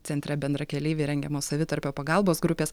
centre bendrakeleiviai rengiamos savitarpio pagalbos grupės